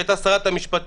שהייתה שרת המשפטים,